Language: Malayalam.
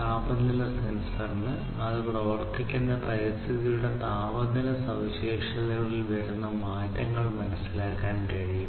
താപനില സെൻസറിന് അത് പ്രവർത്തിക്കുന്ന പരിസ്ഥിതിയുടെ താപനില സവിശേഷതകളിൽ വരുന്ന മാറ്റങ്ങൾ മനസ്സിലാക്കാൻ കഴിയും